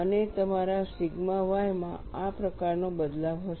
અને તમારા sigma y માં આ પ્રકારનો બદલાવ હશે